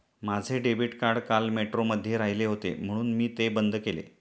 माझे debit card काल मेट्रोमध्ये राहिले होते म्हणून मी ते बंद केले